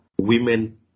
women